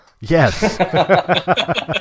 yes